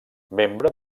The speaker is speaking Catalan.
membre